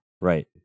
Right